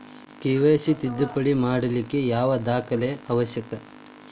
KYC ತಿದ್ದುಪಡಿ ಮಾಡ್ಲಿಕ್ಕೆ ಯಾವ ದಾಖಲೆ ಅವಶ್ಯಕ?